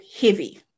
heavy